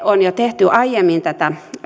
on jo tehty aiemmin ennen tätä